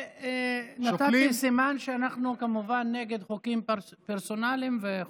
ונתתי סימן שאנחנו כמובן נגד חוקים פרסונליים וכו'.